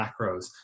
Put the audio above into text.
macros